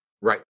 right